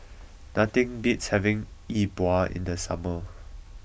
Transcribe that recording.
nothing beats having Yi Bua in the summer